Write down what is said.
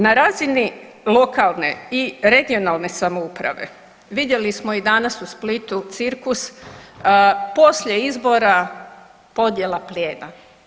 Na razini lokalne i regionalne samouprave vidjeli smo i danas u Splitu cirkus, poslije izbora podjela plijena.